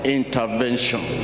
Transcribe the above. intervention